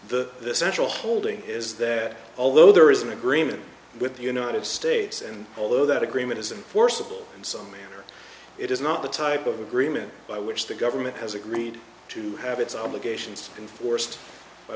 central holding is that although there is an agreement with the united states and although that agreement isn't forcible and some it is not the type of agreement by which the government has agreed to have its obligations enforced